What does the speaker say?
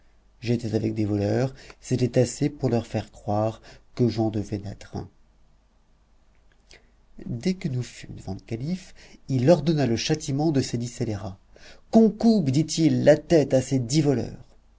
j'étais avec des voleurs c'était assez pour leur faire croire que j'en devais être un dès que nous fûmes devant le calife il ordonna le châtiment de ces dix scélérats qu'on coupe dit-il la tête à ces dix voleurs